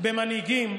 במנהיגים